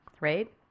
right